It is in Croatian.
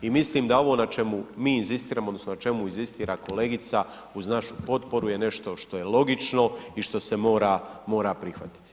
I mislim da ovo na čemu mi inzistiramo, odnosno na čemu inzistira kolegica uz našu potporu je nešto što je logično i što se mora prihvatiti.